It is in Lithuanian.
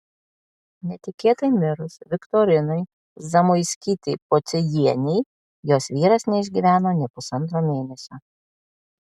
netikėtai mirus viktorinai zamoiskytei pociejienei jos vyras neišgyveno nė pusantro mėnesio